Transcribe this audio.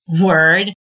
word